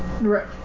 Right